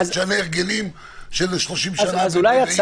לך תשנה הרגלים של 30 שנה ביום.